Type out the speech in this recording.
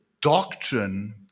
doctrine